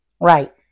Right